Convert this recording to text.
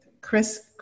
Chris